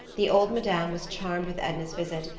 the old madame was charmed with edna's visit,